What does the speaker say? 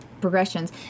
progressions